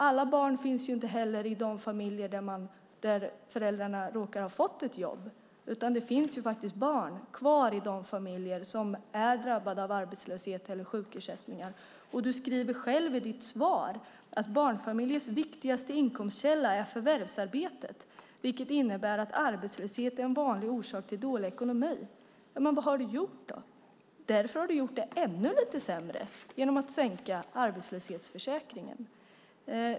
Alla barn finns ju inte i de familjer där föräldrarna råkat få ett jobb, utan det finns barn också i familjer som är drabbade av arbetslöshet eller har sjukersättning. Statsrådet skriver i sitt svar att barnfamiljers viktigaste inkomstkälla är förvärvsarbetet, vilket innebär att arbetslöshet är en vanlig orsak till dålig ekonomi. Vad har du gjort åt det, Göran Hägglund? Jo, du har gjort det ännu lite sämre genom att sänka nivån i arbetslöshetsförsäkringen.